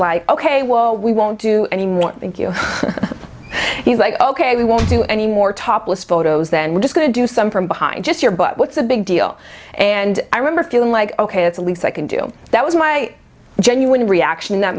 like ok well we won't do any more thank you he's like ok we won't do any more topless photos then we're just going to do some from behind just your but what's a big deal and i remember feeling like ok it's at least i can do that was my genuine reaction in that